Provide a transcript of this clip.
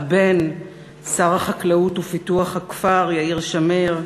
הבן שר החקלאות ופיתוח הכפר יאיר שמיר,